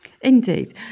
Indeed